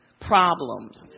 problems